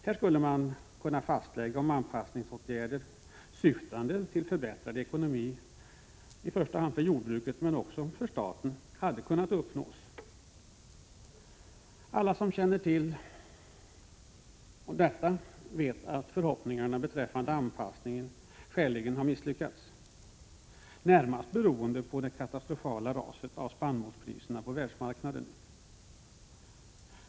Här skulle fastläggas om anpassningsåtgärder, syftande till en förbättrad ekonomi i första hand för jordbruket men också för staten, hade uppnåtts. Som alla känner till har förhoppningarna beträffande anpassningen skäligen misslyckats, närmast beroende på det katastrofala raset när det gäller spannmålspriserna på världsmarknaden.